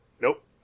nope